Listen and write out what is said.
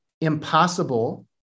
impossible